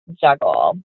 juggle